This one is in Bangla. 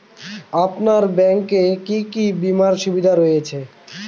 আপনার ব্যাংকে কি কি বিমার সুবিধা রয়েছে?